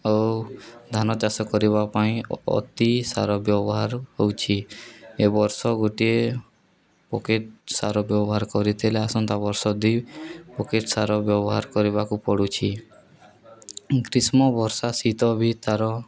ଆଉ ଧାନ ଚାଷ କରିବା ପାଇଁ ଅତି ସାର ବ୍ୟବହାର ହେଉଛି ଏ ବର୍ଷ ଗୋଟିଏ ପ୍ୟାକେଟ୍ ସାର ବ୍ୟବହାର କରିଥିଲେ ଆସନ୍ତା ବର୍ଷ ଦୁଇ ପ୍ୟାକେଟ୍ ସାର ବ୍ୟବହାର କରିବାକୁ ପଡ଼ୁଛି ଗ୍ରୀଷ୍ମ ବର୍ଷା ଶୀତ ବି ତା'ର